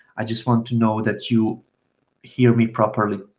i just want to know that you hear me properly.